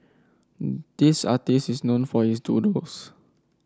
this artist is known for his doodles